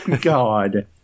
god